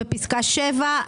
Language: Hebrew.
בפסקה (7)